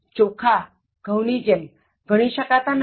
ચોખા ઘઉં ની જેમ ગણી શકાતા નથી